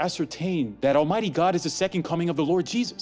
ascertain that almighty god is the second coming of the lord jesus